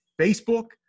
Facebook